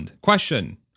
question